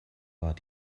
war